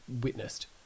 witnessed